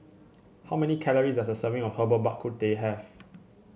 how many calories does a serving of Herbal Bak Ku Teh have